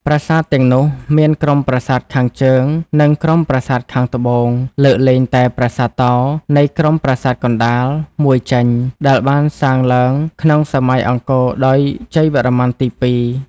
ប្រាសាទទាំងនោះមាន ក្រុមប្រាសាទខាងជើង និង ក្រុមប្រាសាទខាងត្បូង លើកលែងតែប្រាសាទតោ នៃក្រុមប្រាសាទកណ្តាល មួយចេញ ដែលបានសាងឡើង ក្នុងសម័យអង្គរដោយជ័យវរ្ម័នទី២ ។